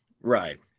Right